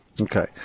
Okay